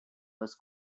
was